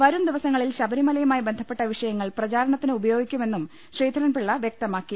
വരുംദിവസങ്ങ ളിൽ ശബരിമലയുമായി ബന്ധപ്പെട്ട വിഷയങ്ങൾ പ്രചാരണ ത്തിന് ഉപയോഗിക്കുമെന്നും ശ്രീധരൻപിള്ള വൃക്തമാക്കി